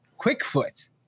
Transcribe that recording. Quickfoot